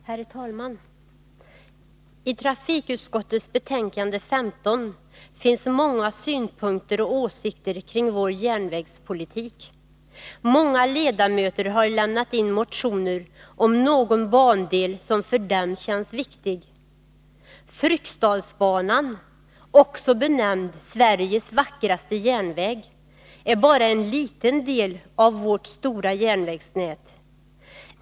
Herr talman! I trafikutskottets betänkande 15 finns många synpunkter och åsikter om vår järnvägspolitik. Många ledamöter har lämnat in motioner om någon bandel som för dem känns viktig. Fryksdalsbanan — också benämnd Sveriges vackraste järnväg — är bara en liten del av vårt stora järnvägsnät.